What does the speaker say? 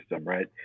right